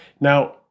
Now